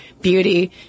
beauty